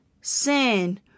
sin